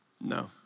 No